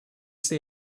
say